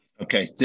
Okay